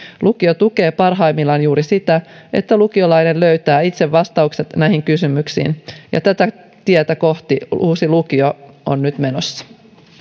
lukio tukee parhaimmillaan juuri sitä että lukiolainen löytää itse vastaukset näihin kysymyksiin ja tätä tietä kohti uusi lukio on nyt menossa